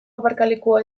aparkalekua